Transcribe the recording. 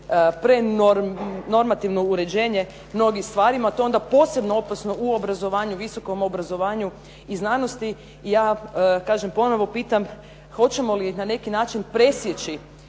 prenormativno uređenje mnogim stvarima, to je onda posebno opasno u obrazovanju, visokom obrazovanju i znanosti i ja kažem, ponovo pitam hoćemo li na neki način presjeći